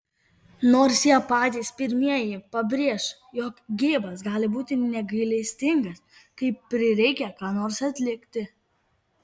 nors jie patys pirmieji pabrėš jog geibas gali būti negailestingas kai prireikia ką nors atlikti